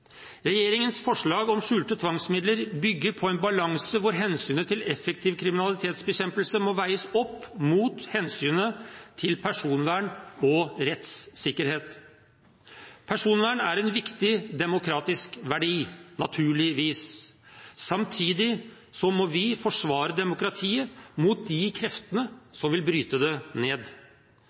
Regjeringens forslag om skjulte tvangsmidler bygger på en balanse hvor hensynet til effektiv kriminalitetsbekjempelse må veies opp mot hensynet til personvern og rettssikkerhet. Personvern er en viktig demokratisk verdi, naturligvis. Samtidig må vi forsvare demokratiet mot de kreftene som vil bryte det ned.